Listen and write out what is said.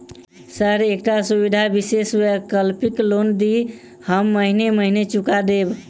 Sir एकटा सुविधा विशेष वैकल्पिक लोन दिऽ हम महीने महीने चुका देब?